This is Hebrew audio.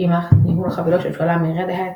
עם מערכת ניהול חבילות שהושאלה מ־Red Hat,